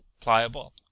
PLIABLE